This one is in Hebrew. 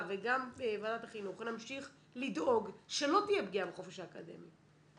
וגם ועדת החינוך נמשיך לדאוג שלא תהיה פגיעה בחופש האקדמי,